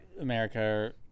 america